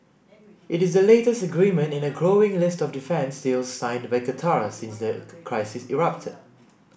it is the latest agreement in a growing list of defence deals signed by Qatar since the crisis erupted